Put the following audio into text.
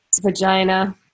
vagina